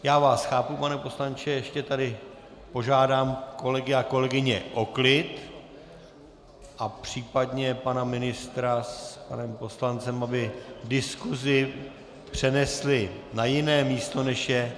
Já vás chápu, pane poslanče, ještě tedy požádám kolegy a kolegyně o klid a případně pana ministra s panem poslancem, aby diskusi přenesli na jiné místo, než je...